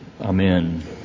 Amen